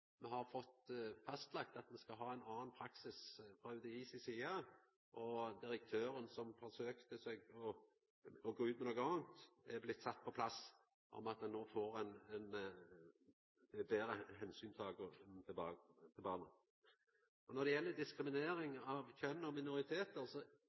me har fått fastlagt at me skal ha ein annan praksis frå UDI si side. Direktøren som forsøkte å gå ut med noko anna, er blitt sett på plass – no får ein betre teke omsyn til barna. Når det gjeld